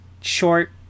short